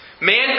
Man